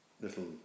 little